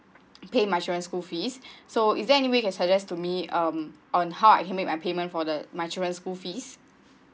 pay my children school fees so is there anyway can suggest to me um on how I can make my payment for the my children's school fees